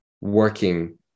working